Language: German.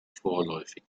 vorläufig